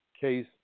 case